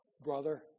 Brother